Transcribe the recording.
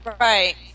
Right